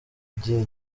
igihe